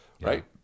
right